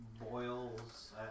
Boils